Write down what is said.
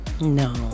no